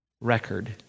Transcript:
record